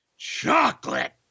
chocolate